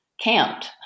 camped